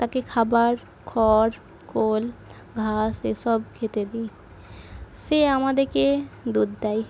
তাকে খাবার খড় খোল ঘাস এসব খেতে দিই সে আমাদেকে দুধ দেয়